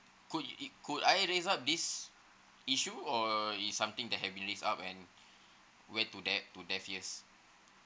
could it could I raise up this issue or is something that have been raised up and